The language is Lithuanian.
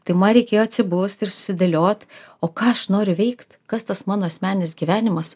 tai man reikėjo atsibust ir susidėliot o ką aš noriu veikt kas tas mano asmeninis gyvenimas